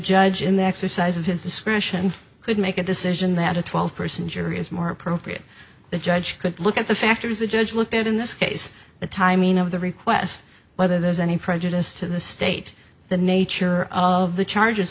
judge in the exercise of his discretion could make a decision that a twelve person jury is more appropriate the judge could look at the factors the judge looked at in this case the timing of the request whether there's any prejudice to the state the nature of the charges